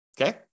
okay